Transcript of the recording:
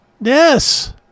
Yes